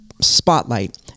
spotlight